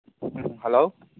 hello